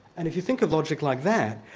and if you think of logic like that,